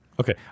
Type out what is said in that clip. Okay